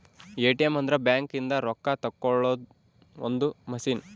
ATM ಅಂದ್ರ bank ಇಂದ ರೊಕ್ಕ ತೆಕ್ಕೊಳೊ ಒಂದ್ ಮಸಿನ್